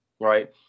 right